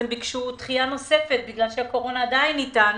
הם ביקשו דחייה נוספת בגלל שהקורונה עדיין אתנו,